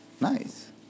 Nice